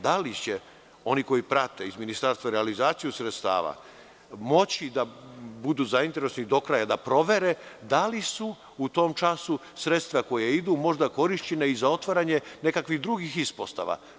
Da li će oni koji prate iz ministarstva realizaciju sredstava moći da budu zainteresovani do kraja, da provere da li su u tom času sredstva koja idu možda korišćena i za otvaranje nekakvih drugih ispostava?